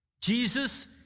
Jesus